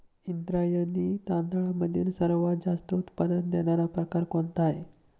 इंद्रायणी तांदळामधील सर्वात जास्त उत्पादन देणारा प्रकार कोणता आहे?